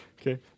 Okay